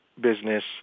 business